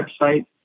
website